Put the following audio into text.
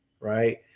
right